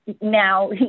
now